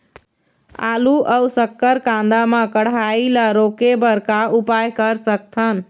आलू अऊ शक्कर कांदा मा कढ़ाई ला रोके बर का उपाय कर सकथन?